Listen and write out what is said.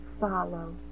follow